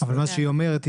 מה שהיא אומרת,